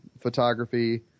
photography